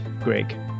Greg